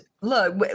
look